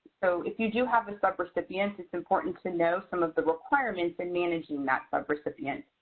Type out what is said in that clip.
so if you do have a subrecipient, it's important to know some of the requirements in managing that subrecipient.